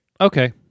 Okay